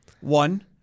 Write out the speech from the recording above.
One